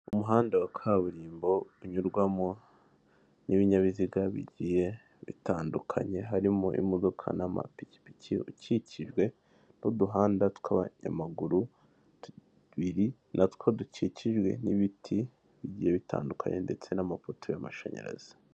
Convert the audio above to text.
Umuhanda wa kaburimbo unyurwamo n'ibinyabiziga bigiye bitandukanye, harimo imodoka n'amapikipiki, ukikijwe n'uduhanda tw'abanyamaguru tubiri, na two dukikijwe n'ibiti bigiye bitandukanye, ndetse n'amapoto y'amashanyarazi.